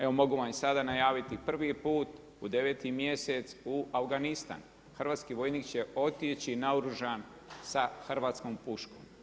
Evo mogu vam i sada najaviti prvi put u 9. mjesec u Afganistan, hrvatski vojnik će otići naoružan sa hrvatskom puškom.